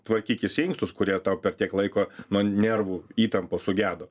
tvarkykis inkstus kurie tau per tiek laiko nuo nervų įtampos sugedo